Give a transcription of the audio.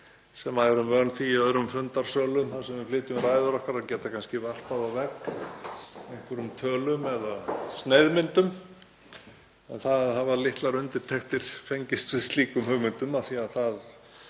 sem erum vön því í öðrum fundarsölum, þar sem við flytjum ræður okkar, að geta kannski varpað á vegg einhverjum tölum eða sneiðmyndum en litlar undirtektir hafa fengist við slíkum hugmyndum